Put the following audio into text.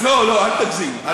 לא, לא, אל תגזים.